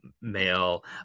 male